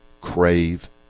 crave